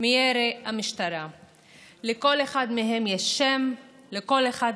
שמגיע להם הטוב ביותר משום שהם הטובים ביותר בעולם,